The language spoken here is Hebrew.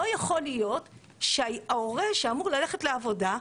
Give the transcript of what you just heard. לא יכול להיות שההורה שאמור ללכת לעבודה,